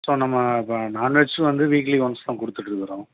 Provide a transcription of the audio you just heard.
so நம்ம இப்போ நான் வெஜ்ஜும் வந்து வீக்லி ஒன்ஸ் தான் கொடுத்துட்டுருக்குறோம்